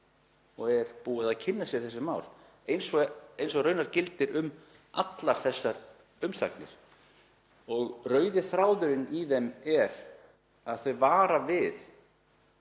og er búið að kynna sér þessi mál, eins og gildir raunar um allar þessar umsagnir. Rauði þráðurinn í þeim er að þau vara